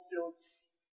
floats